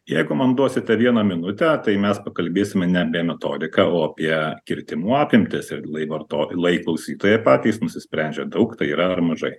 jeigu man duosite vieną minutę tai mes pakalbėsime ne apie metodiką o apie kirtimų apimtis ir lai varto lai klausytojai patys nusisprendžia daug tai yra ar mažai